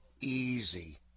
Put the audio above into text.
easy